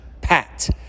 pat